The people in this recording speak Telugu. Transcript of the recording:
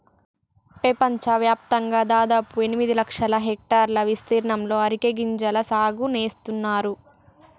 పెపంచవ్యాప్తంగా దాదాపు ఎనిమిది లక్షల హెక్టర్ల ఇస్తీర్ణంలో అరికె గింజల సాగు నేస్తున్నారు